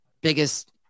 biggest